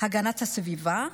הגנת הסביבה,